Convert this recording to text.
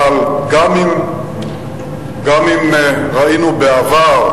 אבל גם אם ראינו בעבר,